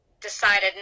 decided